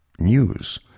news